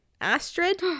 Astrid